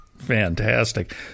Fantastic